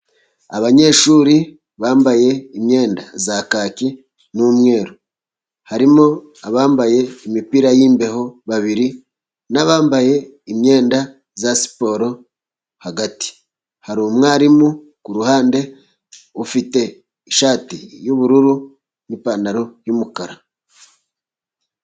Abanyeshuri bambaye imyenda ya kaki n'umweru. Harimo abambaye imipira y'imbeho babiri, n'abambaye imyenda ya siporo hagati, hari umwarimu ku ruhande ufite ishati y'ubururu n'ipantaro y'umukara.